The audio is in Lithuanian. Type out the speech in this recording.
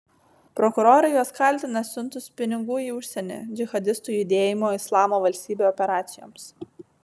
prokurorai juos kaltina siuntus pinigų į užsienį džihadistų judėjimo islamo valstybė operacijoms